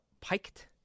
piked